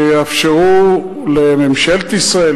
שיאפשרו לממשלת ישראל,